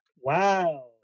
Wow